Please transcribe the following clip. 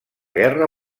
guerra